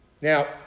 Now